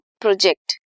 project